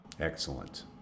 Excellent